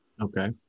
Okay